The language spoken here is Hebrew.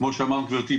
כמו שאמרת גברתי,